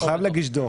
הוא חייב להגיש דוח.